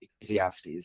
Ecclesiastes